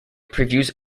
previews